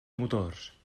motors